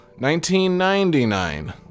1999